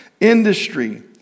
Industry